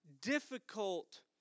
difficult